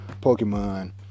Pokemon